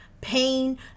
pain